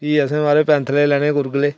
फ्ही असें माराज पैंथला दा लैने गूर्गले